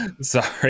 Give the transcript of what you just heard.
sorry